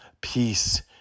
peace